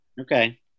Okay